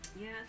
Yes